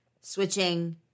switching